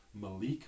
Malik